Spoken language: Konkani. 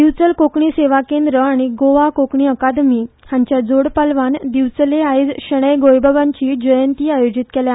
दिवचल कोंकणी सेवा केंद्र आनी गोवा कोंकणी अकादमी हांच्या जोडपालवान दिवचले फाल्यां शणै गोंयबाबांची जयंती आयोजीत केल्या